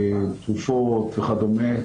תרופות וכדומה.